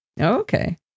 Okay